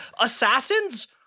Assassins